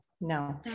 No